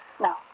No